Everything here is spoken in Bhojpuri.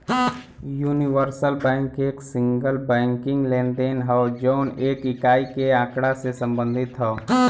यूनिवर्सल बैंक एक सिंगल बैंकिंग लेनदेन हौ जौन एक इकाई के आँकड़ा से संबंधित हौ